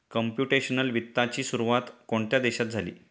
Computational वित्ताची सुरुवात कोणत्या देशात झाली?